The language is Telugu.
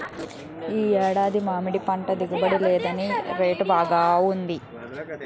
ఈ ఏడాది మామిడిపంట దిగుబడి లేదుగాని రేటు బాగా వున్నది